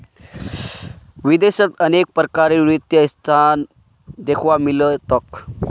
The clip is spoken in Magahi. विदेशत अनेक प्रकारेर वित्तीय संस्थान दख्वा मिल तोक